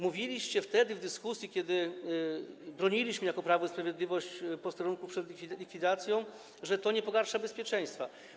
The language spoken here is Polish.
Mówiliście wtedy w dyskusji, kiedy broniliśmy jako Prawo i Sprawiedliwość posterunków przed likwidacją, że to nie pogarsza bezpieczeństwa.